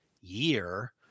year